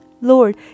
Lord